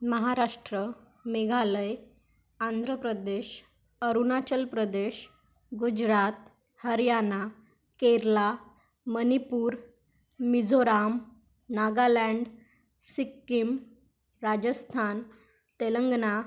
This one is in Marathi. महाराष्ट्र मेघालय आंध्र प्रदेश अरुणाचल प्रदेश गुजरात हरियाणा केरला मणिपूर मिझोराम नागालँड सिक्कीम राजस्थान तेलंगणा